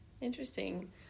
Interesting